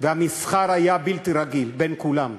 והמסחר היה בלתי רגיל, בין כולם.